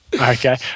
okay